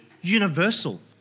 universal